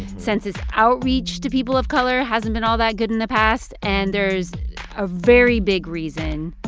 census outreach to people of color hasn't been all that good in the past. and there's a very big reason,